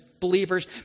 believers